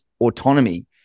autonomy